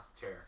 chair